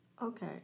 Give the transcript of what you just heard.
Okay